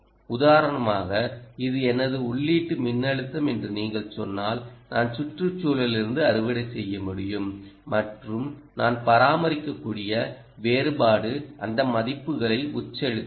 உதாரணமாக இது எனது உள்ளீட்டு மின்னழுத்தம் என்று நீங்கள் சொன்னால் நான் சுற்றுச்சூழலிலிருந்து அறுவடை செய்ய முடியும் மற்றும் நான் பராமரிக்கக்கூடிய வேறுபாடு அந்த மதிப்புகளை உட்செலுத்துங்கள்